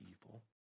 evil